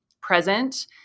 present